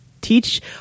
teach